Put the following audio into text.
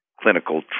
clinical